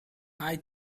eye